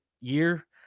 year